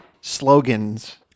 Slogans